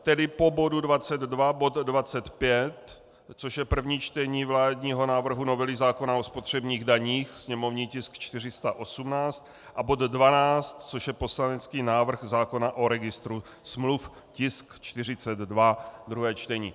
Tedy po bodu 22 bod 25, což je první čtení vládního návrhu novely zákona o spotřebních daních, sněmovní tisk 418, a bod 12, což je poslanecký návrh zákona o registru smluv, tisk 42, druhé čtení.